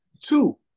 Two